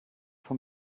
vom